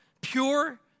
pure